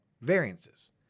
variances